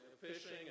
fishing